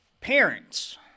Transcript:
Parents